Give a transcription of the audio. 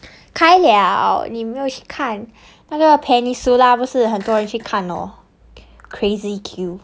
开 liao 你没有去看那个 peninsula 不是很多人去看 lor crazy queue